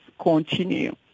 continue